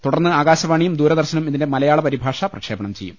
തുടർന്ന് ആകാശവാണിയും ദൂരദർശനും ഇതിന്റെ മലയാള പരിഭാഷ പ്രക്ഷേപണം ചെയ്യും